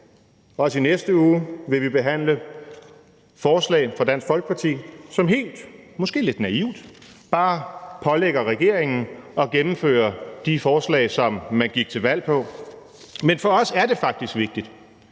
Også i næste uge vil vi behandle forslag fra Dansk Folkeparti, som, måske lidt naivt, bare pålægger regeringen at gennemføre de forslag, som man gik til valg på. Men for os er det faktisk vigtigt.